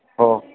हो